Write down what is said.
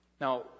Now